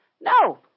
No